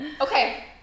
Okay